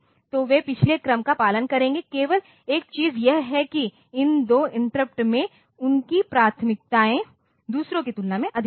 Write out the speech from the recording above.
तो वे पिछले क्रम का पालन करेंगे केवल एक चीज यह है कि इन दो इंटरप्ट में उनकी प्राथमिकताएं दूसरों की तुलना में अधिक होंगी